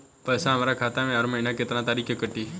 पैसा हमरा खाता से हर महीना केतना तारीक के कटी?